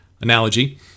analogy